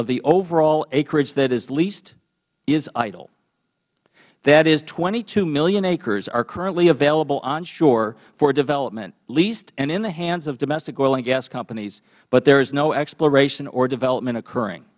of the overall acreage that is leased is idle that is twenty two million acres are currently available onshore for development leased and in the hands of domestic oil and gas companies but there is no exploration or development occurring